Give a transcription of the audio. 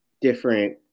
different